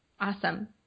Awesome